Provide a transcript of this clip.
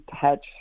touch